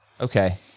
Okay